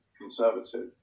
conservative